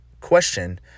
question